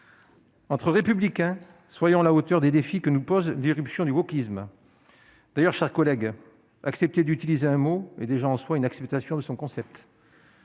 Entre républicains, soyons à la hauteur des défis que nous pose l'irruption du gauchisme d'ailleurs chers collègues accepter d'utiliser un mot est déjà en soi une acceptation de son concept.